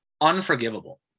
unforgivable